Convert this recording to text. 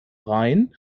rhein